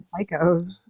Psychos